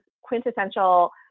quintessential